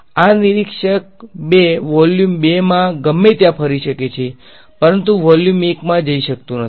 આ નિરીક્ષક ૨ વોલ્યુમ ૨ માં ગમે ત્યાં ફરવા જઈ શકે છે પરંતુ વોલ્યુમ ૨ માં જઈ શકતો નથી